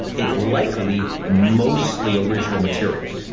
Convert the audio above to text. it's likely mostly original material.